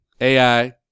AI